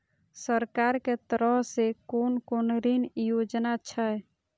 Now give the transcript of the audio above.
सरकार के तरफ से कोन कोन ऋण योजना छै?